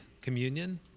communion